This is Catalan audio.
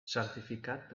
certificat